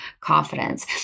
confidence